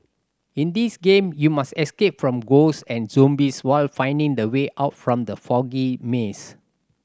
in this game you must escape from ghosts and zombies while finding the way out from the foggy maze